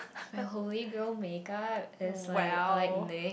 my Holy Grail make up is like I like NYX